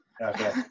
Okay